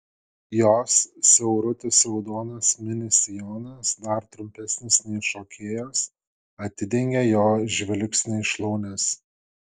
jos siaurutis raudonas mini sijonas dar trumpesnis nei šokėjos atidengia jo žvilgsniui šlaunis